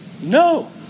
No